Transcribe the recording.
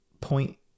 point